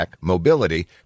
mobility